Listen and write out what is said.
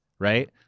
right